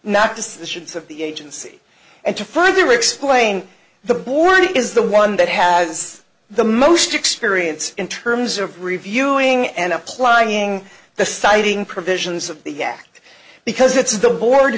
shins of the agency and to further explain the board is the one that has the most experience in terms of reviewing and applying the citing provisions of the act because it's the board